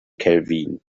kelvin